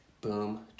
Boom